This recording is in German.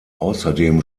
außerdem